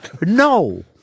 No